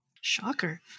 shocker